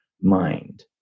mind